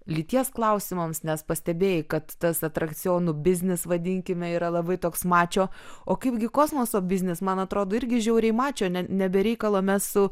lyties klausimams nes pastebėjai kad tas atrakcionų biznis vadinkime yra labai toks mačio o kaipgi kosmoso biznis man atrodo irgi žiauriai mačio ne ne be reikalo mes su